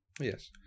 Yes